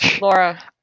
laura